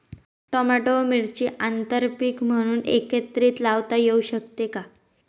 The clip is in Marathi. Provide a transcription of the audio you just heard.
टोमॅटो व मिरची आंतरपीक म्हणून एकत्रित लावता येऊ शकते का?